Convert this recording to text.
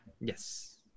Yes